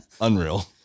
Unreal